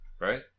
right